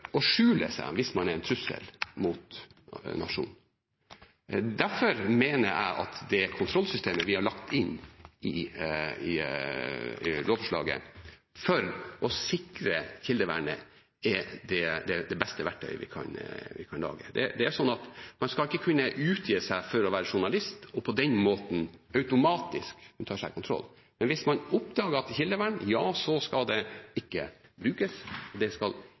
å skjule seg hvis man er en trussel mot nasjonen. Derfor mener jeg at det kontrollsystemet vi har lagt inn i lovforslaget for å sikre kildevernet, er det beste verktøyet vi kan lage. Man skal ikke kunne utgi seg for å være journalist og på den måten automatisk unndra seg kontroll. Men hvis man oppdager at det handler om kildevern, skal det ikke brukes. Det skal